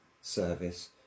service